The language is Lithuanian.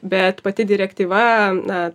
bet pati direktyva na